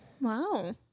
Wow